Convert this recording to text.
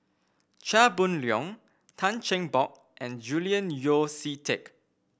Chia Boon Leong Tan Cheng Bock and Julian Yeo See Teck